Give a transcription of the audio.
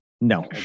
No